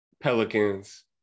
Pelicans